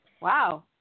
wow